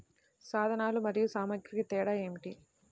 సాధనాలు మరియు సామాగ్రికి తేడా ఏమిటి?